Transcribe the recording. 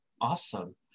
Awesome